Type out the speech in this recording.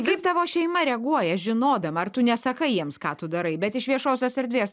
kaip tavo šeima reaguoja žinodama ar tu nesakai jiems ką tu darai bet iš viešosios erdvės